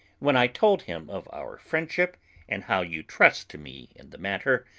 when i told him of our friendship and how you trust to me in the matter,